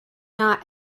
not